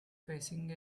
facing